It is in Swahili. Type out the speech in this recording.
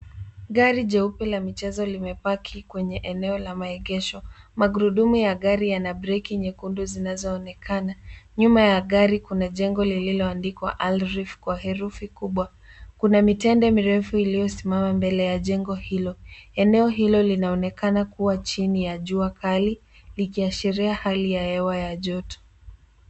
Gari jeupe la michezo limepaki kwenye eneo la maegesho. Magurudumu ya gari yana breki nyekundu zinazoonekana. Nyuma ya gari kuna jengo lililoandikwa Al Reef kwa herufi kubwa. Kuna mitende mirefu iliyosimama mbele ya jengo hilo. Eneo hilo linaonekana kuwa chini ya jua kali, likiashiria hali ya hewa ya joto.